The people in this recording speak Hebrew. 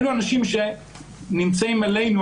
אלו אנשים שנמצאים עלינו,